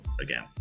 again